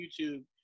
YouTube